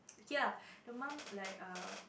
kay lah the mums like err